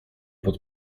pod